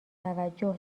توجه